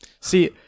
see